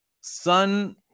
sun